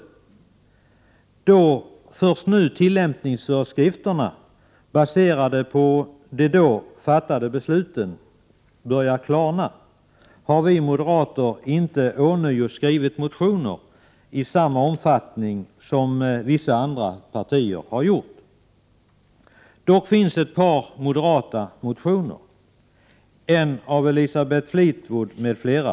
Eftersom det först nu börjar klarna vad gäller tillämpningsföreskrifterna, vilka är baserade på då fattade beslut, har vi moderater inte ånyo väckt motioner i samma omfattning som vissa andra partier gjort. Det finns dock ett par moderatmotioner. En av dem har väckts av Elisabeth Fleetwood m.fl.